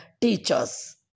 teachers